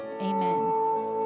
Amen